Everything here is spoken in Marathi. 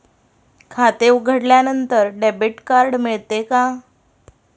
खाते उघडल्यानंतर डेबिट कार्ड मिळते का?